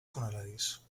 funeraris